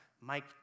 Mike